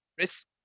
risk